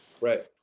Right